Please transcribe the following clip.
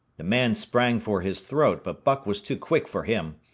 the man sprang for his throat, but buck was too quick for him.